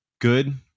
good